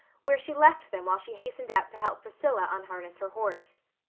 where she left them while she hastened out to help priscilla unharness her horse.